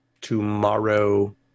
tomorrow